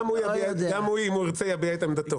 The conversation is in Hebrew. גם הוא אם הוא ירצה יביע את עמדתו.